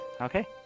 Okay